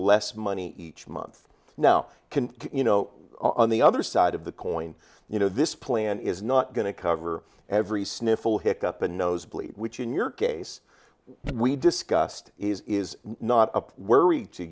less money each month now can you know on the other side of the coin you know this plan is not going to cover every sniffle hiccup a nosebleed which in your case we discussed is not a worr